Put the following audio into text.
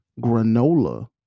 granola